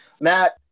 Matt